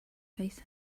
face